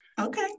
Okay